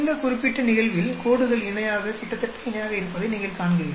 இந்த குறிப்பிட்ட நிகழ்வில் கோடுகள் இணையாக கிட்டத்தட்ட இணையாக இருப்பதை நீங்கள் காண்கிறீர்கள்